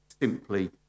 simply